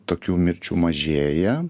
tokių mirčių mažėja